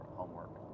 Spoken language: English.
homework